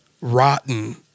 Rotten